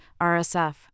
RSF